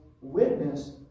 witness